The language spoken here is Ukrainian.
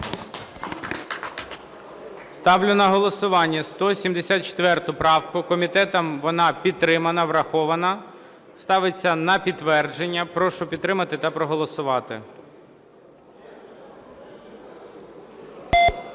Ставлю на голосування 174 правку. Комітетом вона підтримана, врахована. Ставиться на підтвердження. Прошу підтримати та проголосувати.